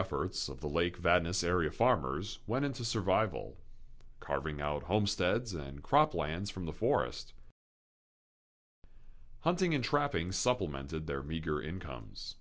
efforts of the lake vadis area farmers went into survival carving out homesteads and croplands from the forest hunting and trapping supplemented their meagre incomes